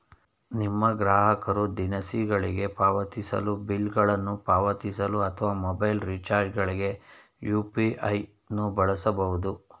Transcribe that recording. ನಿಮ್ಮ ಗ್ರಾಹಕರು ದಿನಸಿಗಳಿಗೆ ಪಾವತಿಸಲು, ಬಿಲ್ ಗಳನ್ನು ಪಾವತಿಸಲು ಅಥವಾ ಮೊಬೈಲ್ ರಿಚಾರ್ಜ್ ಗಳ್ಗೆ ಯು.ಪಿ.ಐ ನ್ನು ಬಳಸಬಹುದು